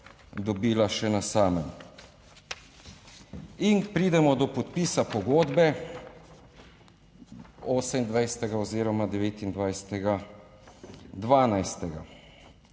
dobila še na samem. In pridemo do podpisa pogodbe 28. oziroma 29. 12.